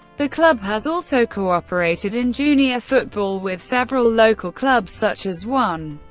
the club has also cooperated in junior football with several local clubs, such as one.